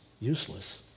useless